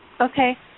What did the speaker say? Okay